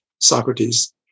Socrates